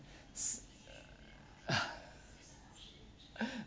s~ uh